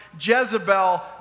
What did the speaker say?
Jezebel